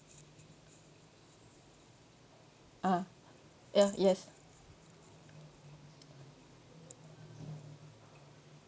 uh ya yes